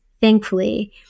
thankfully